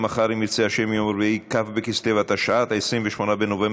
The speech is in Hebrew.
18 בעד,